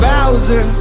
Bowser